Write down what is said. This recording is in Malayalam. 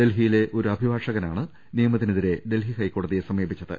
ഡൽഹിയിലെ ഒരു അഭിഭാഷകനാണ് നിയമത്തിനെതിരെ ഡൽഹി ഹൈക്കോടതിയെ സമീപിച്ചത്